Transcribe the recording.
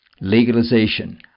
legalization